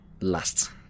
last